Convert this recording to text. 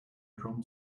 drum